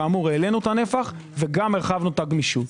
כאמור העלינו את הנפח והרחבנו את הגמישות.